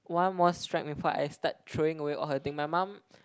one more strike before I start throwing away all her thing my mum